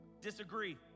disagree